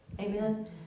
amen